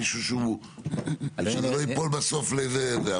מישהו שלא ייפול בסוף לאיזה זה.